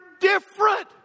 different